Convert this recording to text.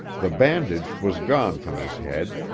the bandage was gone from his head,